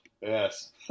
Yes